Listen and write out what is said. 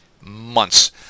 months